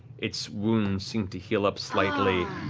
its wounds seem to heal up slightly,